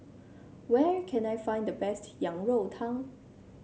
where can I find the best Yang Rou Tang